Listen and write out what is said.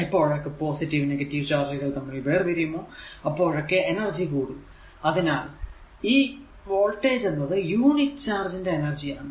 എപ്പോളൊക്കെ positive negative ചാർജുകൾ തമ്മിൽ വേർതിരിയുമോ അപ്പോഴൊക്കെ എനർജി കൂടും അതിനാൽ ഈ വോൾടേജ് എന്നത് യൂണിറ്റ് ചാർജ് ന്റെ എനർജി ആണ്